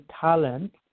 talent